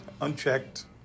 unchecked